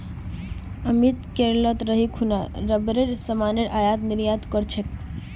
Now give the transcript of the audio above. अमित केरलत रही खूना रबरेर सामानेर आयात निर्यात कर छेक